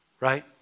right